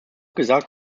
gesagt